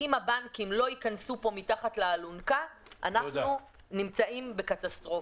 אם הבנקים לא ייכנסו פה מתחת לאלונקה אנחנו נמצאים בקטסטרופה.